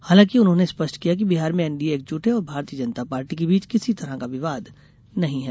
हालांकि उन्होंने स्पष्ट किया कि बिहार में एनडीए एकजुट है और भारतीय जनता पार्टी के बीच किसी तरह का विवाद नहीं है